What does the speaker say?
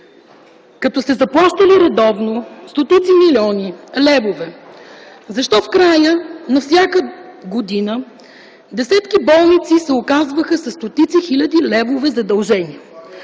като сте заплащали редовно стотици милиони левове, защо в края на всяка година десетки болници се оказваха със стотици хиляди левове задължения,